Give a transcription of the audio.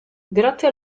grazie